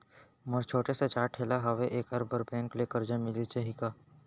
मोर छोटे से चाय ठेला हावे एखर बर बैंक ले करजा मिलिस जाही का?